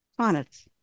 sonnets